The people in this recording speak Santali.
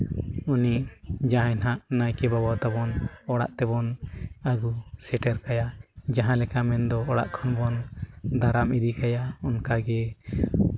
ᱩᱱᱤ ᱡᱟᱦᱟᱸᱭ ᱦᱟᱸᱜ ᱱᱟᱭᱠᱮ ᱵᱟᱵᱟ ᱛᱟᱵᱚᱱ ᱚᱲᱟᱜ ᱛᱮᱵᱚᱱ ᱟᱹᱜᱩ ᱥᱮᱴᱮᱨ ᱠᱟᱭᱟ ᱡᱟᱦᱟᱸ ᱞᱮᱠᱟ ᱢᱮᱱᱫᱚ ᱚᱲᱟᱜ ᱠᱷᱚᱱ ᱫᱟᱨᱟᱢ ᱤᱫᱤ ᱠᱟᱭᱟ ᱚᱱᱠᱟᱜᱮ